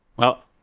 well,